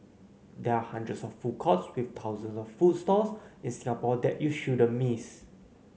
there are hundreds of food courts with thousands of food stalls in Singapore that you shouldn't miss